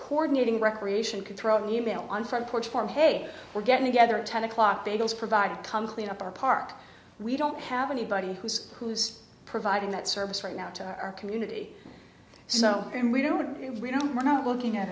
coordinating recreation could throw out an e mail on front porch for hey we're getting together at ten o'clock bagels provided come clean up our park we don't have anybody who's who's providing that service right now to our community so we don't know we're not looking at